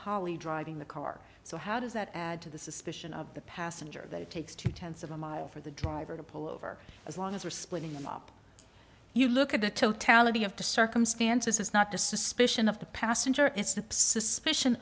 holly driving the car so how does that add to the suspicion of the passenger that it takes two tenths of a mile for the driver to pull over as long as we're splitting them up you look at the totality of the circumstances it's not the suspicion of the passenger